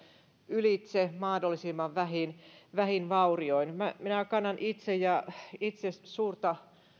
ylitse mahdollisimman vähin vähin vaurioin minä kannan itse suurta